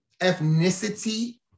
ethnicity